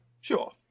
Sure